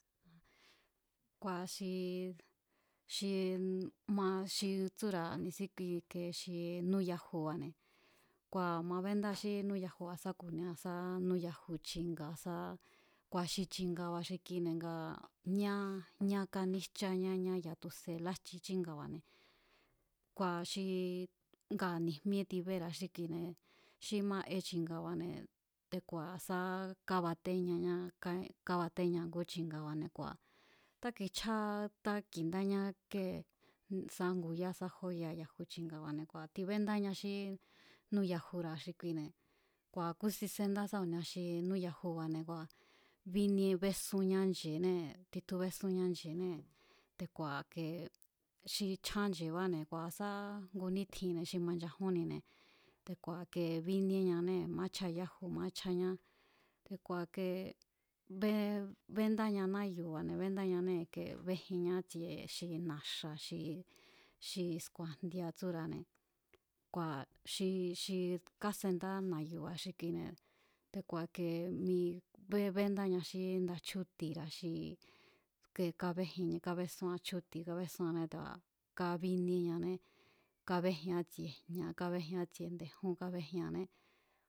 Kua̱ xi xi ma xi tsúra̱ ni̱síki xi núyajuba̱ne̱ kua̱ ma béndáa xí núyajuba̱ sá ku̱nia sá núyaju chi̱nga̱ sá, kua̱ xi chi̱nga̱ba̱ xi kine̱ ngaa̱ ñá ñá kaníjcháñá ñá ya̱a tu̱se̱ lájchi chínga̱ba̱ne̱ kua̱ xi ngaa̱ ni̱jmíé tibéra̱a xí kine̱ xi ma'e chi̱nga̱ba̱ne̱, te̱ku̱a̱ sá kábatéñañá, kábatéñaña ngú chi̱nga̱ba̱ne̱ kua̱ táki̱chjáá táki̱ndáña kée sá nguyá sá jóya yaju chi̱nga̱ba̱ne̱ kua̱ tibendáña xí núyajura̱ xi kuine̱. Kua̱ kúsin séndá sá ku̱nia núyajuba̱ xi kuine̱, bíníé bésúnñá nche̱enée̱ titjún bésúnñá nche̱née̱ te̱ku̱a̱ kee xi chján nche̱báne̱ kua̱ sá ngu nítjinne̱ xi manchajúnnine̱ te̱ku̱a̱ ke bíníéñané, maáchjáa yáju maáchjáñá te̱ku̱a̱ kee bé béndáña náyu̱ba̱ne̱ béndáñanée̱ béjinña ítsie xi na̱xa̱ xi sku̱a̱n jndia tsúra̱ne̱ kua̱ xi xi kásendá na̱yu̱ba̱ xikine̱ te̱ku̱a̱ ke mi béndáña xí nda chjúti̱ra̱ xi ke kábéjin kábésúan chjúti̱ kábésuanée̱ te̱a̱ kábíníéñané, kábéjian ítsie jña̱ kábéjian ítsie nde̱jún kábéjianné.